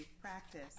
practice